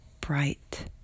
bright